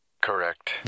Correct